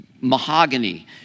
mahogany